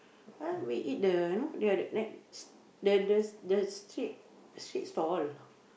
ah we eat the know the the that the the the street street stall